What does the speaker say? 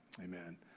amen